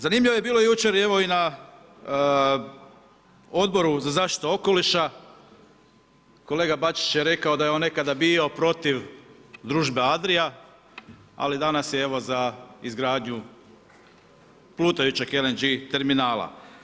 Zanimljivo je bilo jučer evo i na Odboru za zaštitu okoliša, kolega Bačić je rekao da je on nekada bio protiv družbe Adria ali danas je evo za izgradnju plutajućeg LNG terminala.